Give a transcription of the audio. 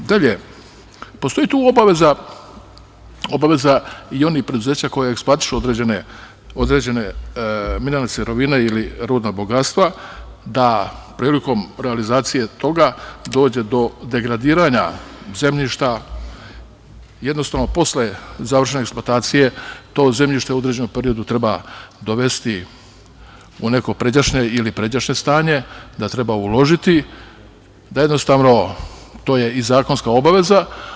Dalje, postoji tu obaveza, obaveza i onih preduzeća koja eksploatišu određene mineralne sirovine ili rudna bogatstva da prilikom realizacije toga dođe do degradiranja zemljišta, jednostavno posle završene eksploatacije to zemljište u određenom periodu treba dovesti u neko pređašnje ili pređašnje stanje, da treba uložiti, da jednostavno to je i zakonska obaveza.